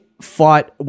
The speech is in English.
fought